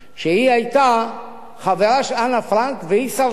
שהיתה חברה של אנה פרנק, והיא שרדה.